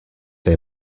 they